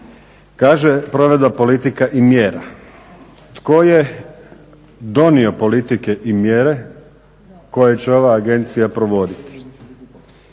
Kaže provedba politika i mjera. Tko je donio politike i mjere koje će ova agencija provoditi?